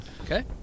Okay